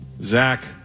Zach